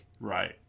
right